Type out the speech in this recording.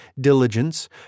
diligence